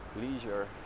leisure